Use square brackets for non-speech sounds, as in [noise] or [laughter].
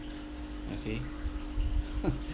okay [laughs]